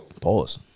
Pause